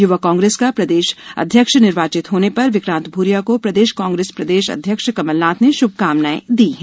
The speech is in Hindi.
युवक कांग्रेस का प्रदेश अध्यक्ष निर्वाचित होने पर विक्रांत भुरिया को प्रदेश कांग्रेस प्रदेश अध्यक्ष कमलनाथ ने श्भकामनाएं दी हैं